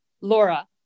Laura